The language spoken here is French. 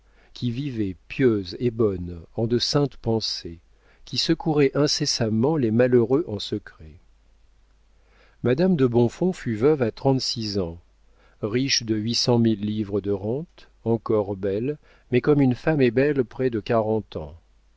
qui vivait pieuse et bonne en de saintes pensées qui secourait incessamment les malheureux en secret madame de bonfons fut veuve à trente-six ans riche de huit cent mille livres de rente encore belle mais comme une femme est belle près de quarante ans